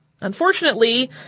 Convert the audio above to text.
Unfortunately